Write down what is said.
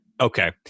Okay